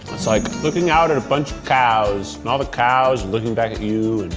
it's like looking out at a bunch of cows, and all the cows looking back at you.